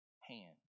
hand